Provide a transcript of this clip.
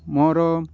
ମୋର